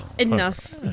Enough